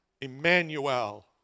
Emmanuel